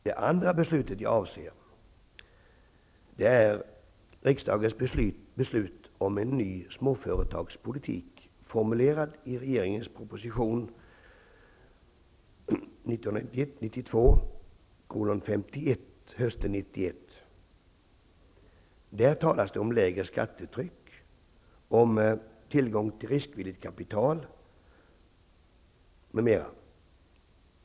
Det andra beslutet är riksdagens beslut om en ny småföretagspolitik, formulerad i regeringens proposition 1991/92:51 från hösten 1991. Där talas om lägre skattetryck, om tillgång till riskvilligt kapital m.m.